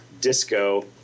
disco